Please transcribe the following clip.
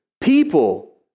People